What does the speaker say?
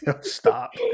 Stop